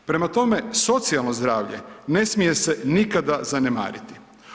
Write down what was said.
Prema tome, socijalno zdravlje ne smije se nikada zanemariti.